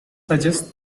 suggests